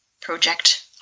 project